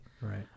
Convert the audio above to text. Right